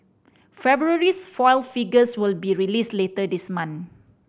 February's foil figures will be released later this month